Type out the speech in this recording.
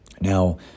Now